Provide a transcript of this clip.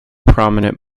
prominent